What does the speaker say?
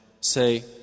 Say